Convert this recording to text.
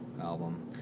album